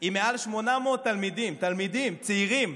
עם מעל 800 תלמידים, תלמידים צעירים,